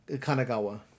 Kanagawa